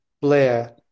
Blair